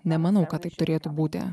nemanau kad taip turėtų būti